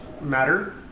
matter